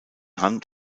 hand